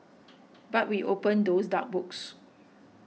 but we opened those dark books